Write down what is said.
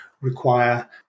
require